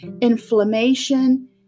inflammation